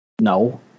no